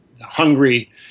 hungry